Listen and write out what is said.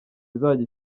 izajya